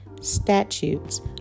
statutes